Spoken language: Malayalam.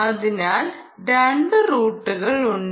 അതിനാൽ രണ്ട് റൂട്ടുകൾ ഉണ്ട്